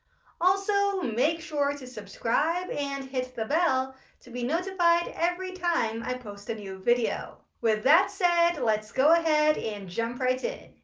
also, make sure to subscribe and hit the bell to be notified every time i post a new video. with that said let's go ahead and jump right in.